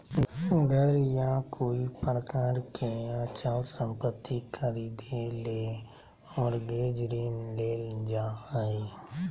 घर या कोय प्रकार के अचल संपत्ति खरीदे ले मॉरगेज ऋण लेल जा हय